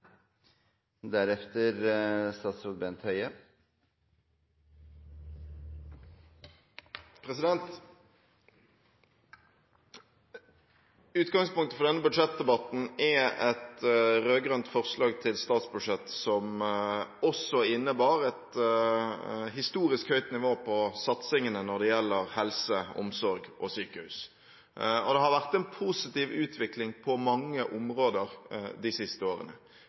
et rød-grønt forslag til statsbudsjett, som også innebar et historisk høyt nivå på satsingene når det gjelder helse, omsorg og sykehus. Det har vært en positiv utvikling på mange områder de siste årene.